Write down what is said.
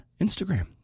Instagram